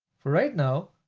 for right now,